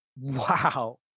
Wow